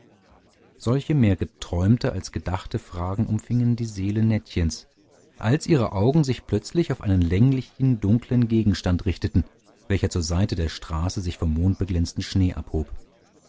solche mehr geträumte als gedachte fragen umfingen die seele nettchens als ihre augen sich plötzlich auf einen länglichen dunkeln gegenstand richteten welcher zur seite der straße sich vom mondbeglänzten schnee abhob